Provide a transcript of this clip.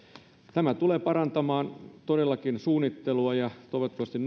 tämä tulee todellakin toivottavasti